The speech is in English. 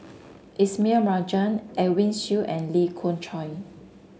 Ismail Marjan Edwin Siew and Lee Khoon Choy